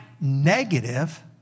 negative